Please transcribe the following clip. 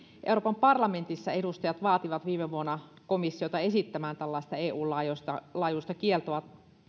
euroopan parlamentissa edustajat vaativat viime vuonna komissiota esittämään tällaista eun laajuista laajuista kieltoa